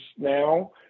now